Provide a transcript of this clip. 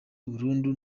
burundu